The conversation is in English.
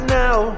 now